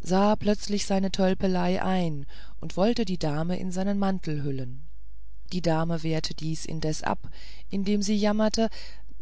sah plötzlich seine tölpelei ein und wollte die dame in seinen mantel hüllen die dame wehrte dies indessen ab indem sie jammerte